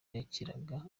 yakiraga